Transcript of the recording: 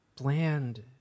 bland